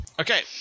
Okay